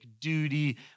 duty